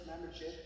membership